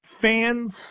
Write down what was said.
fans